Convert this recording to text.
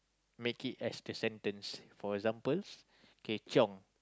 make it as the sentence for example kay chiong